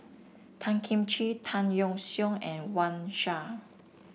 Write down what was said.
Tan Kim Ching Tan Yeok Seong and Wang Sha